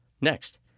Next